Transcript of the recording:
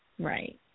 Right